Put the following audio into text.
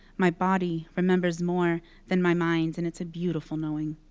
my body remembers more than my mind, and it's a beautiful knowing.